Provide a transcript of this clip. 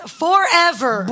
forever